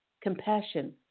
compassion